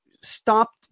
stopped